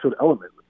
element